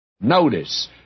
Notice